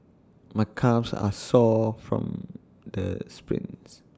my calves are sore from the sprints